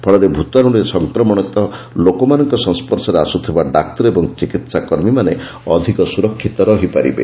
ଫଳରେ ଭତାଣ୍ରରେ ସଂକ୍ରମିତ ଲୋକମାନଙ୍କ ସଂସ୍ୱର୍ଶରେ ଆସ୍ରଥିବା ଡାକ୍ତର ଓ ଚିକିତ୍ସା କର୍ମୀମାନେ ଅଥିକ ସ୍ୱରକ୍ଷିତ ରହିପାରିବେ